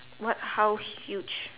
what how huge